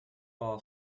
ball